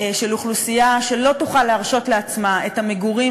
אוכלוסייה שלא תוכל להרשות לעצמה את המגורים